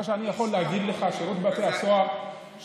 מה שאני יכול להגיד לך זה ששירות בתי הסוהר עושה